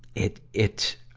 it, it,